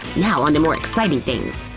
now onto more exciting things,